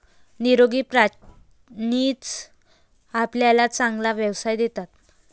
निरोगी प्राणीच आपल्याला चांगला व्यवसाय देतात